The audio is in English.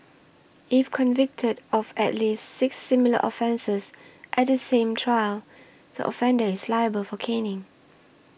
if convicted of at least six similar offences at the same trial the offender is liable for caning